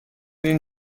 این